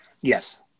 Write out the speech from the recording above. Yes